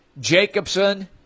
Jacobson